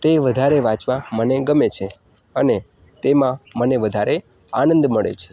તે વધારે વાંચવા મને ગમે છે અને તેમાં મને વધારે આનંદ મળે છે